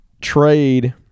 trade